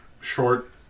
short